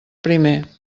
primer